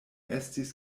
estis